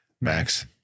Max